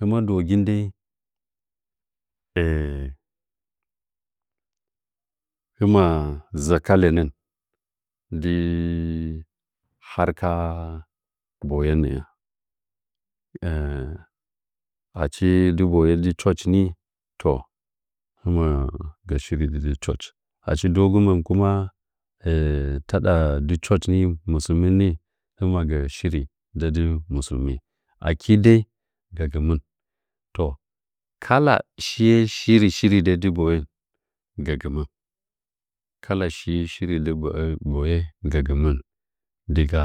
Hɨmə ndəwogin dei hɨma nza ka ha lənən di harka boyen n'ə achi di boyen nggi church ni to hɨnə gə shiri gi dzichi a church achi dɨ wogɨməm kuma tada dɨ church ni hɨməmgə shiri nggɨ musulmɨ he dei ka gəmə toh kala shiye shiri shiri di boyen gəgɨməm kalashi shiren boye gəginin diga